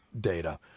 data